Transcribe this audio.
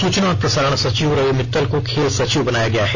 सूचना और प्रसारण सचिव रवि मित्तल को खेल सचिव बनाया गया है